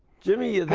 jimmy?